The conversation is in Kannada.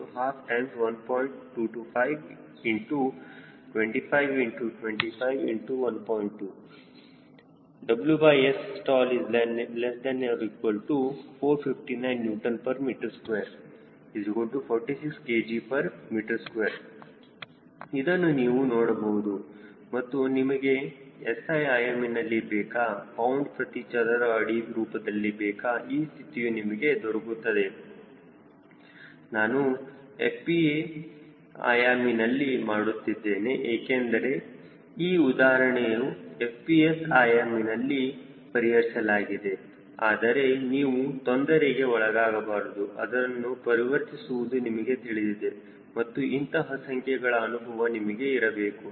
2 WSstall459 Nm246 kgm2 ಇದನ್ನು ನೀವು ನೋಡಬಹುದು ಮತ್ತು ನಿಮಗೆ SI ಆಯಾಮಿನಲ್ಲಿ ಬೇಕಾ ಪೌಂಡ್ ಪ್ರತಿ ಚದರ ಅಡಿ ರೂಪದಲ್ಲಿ ಬೇಕಾ ಈ ಸ್ಥಿತಿಯು ನಿಮಗೆ ದೊರಕುತ್ತದೆ ನಾನು FPA ಆಯಾಮಿನಲ್ಲಿ ಮಾಡುತ್ತಿದ್ದೇನೆ ಏಕೆಂದರೆ ಈ ಉದಾಹರಣೆಯು FPS ಆಯಾಮಿನಲ್ಲಿ ಪರಿಹರಿಸಲಾಗಿದೆ ಆದರೆ ನೀವು ತೊಂದರೆಗೆ ಒಳಗಾಗಬಾರದು ಅದನ್ನು ಪರಿವರ್ತಿಸುವುದು ನಿಮಗೆ ತಿಳಿದಿದೆ ಮತ್ತು ಇಂತಹ ಸಂಖ್ಯೆಗಳ ಅನುಭವ ನಿಮಗೆ ಇರಬೇಕು